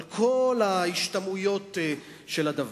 על כל ההשתמעויות של הדבר.